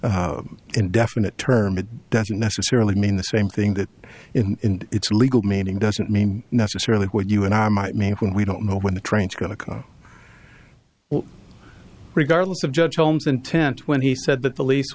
e indefinite term it doesn't necessarily mean the same thing that in its legal meaning doesn't mean necessarily what you and i might mean when we don't know when the train is going to come regardless of judge holmes intent when he said that the lease